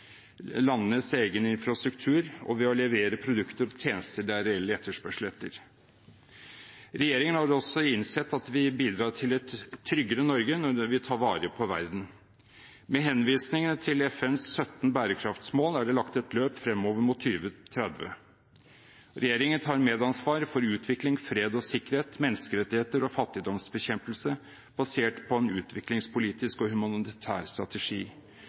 landenes egen infrastruktur og å levere produkter og tjenester det er reell etterspørsel etter. Regjeringen har også innsett at vi bidrar til et tryggere Norge når vi tar vare på verden. Med henvisningene til FNs 17 bærekraftsmål er det lagt et løp fremover mot 2030. Regjeringen vil ta medansvar for utvikling, fred og sikkerhet, menneskerettigheter og fattigdomsbekjempelse basert på en utviklingspolitisk og humanitær strategi.